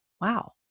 wow